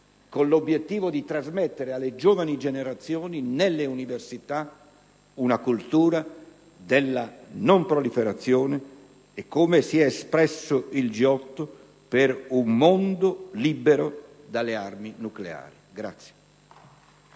con l'obiettivo di trasmettere alle giovani generazioni nelle università una cultura della non proliferazione e, come si è espresso il G8, «per un mondo libero dalle armi nucleari».